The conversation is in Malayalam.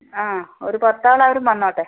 ആ ഒര് പത്താള് അവരും വന്നോട്ടേ